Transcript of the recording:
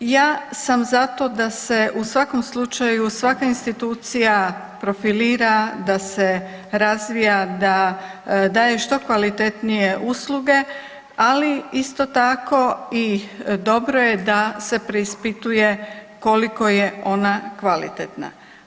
Ja sam zato da se u svakom slučaju i svaka institucija profilira da se razvija, da daje što kvalitetnije usluge, ali isto tako i dobro je da se preispituje koliko je ona kvalitetna.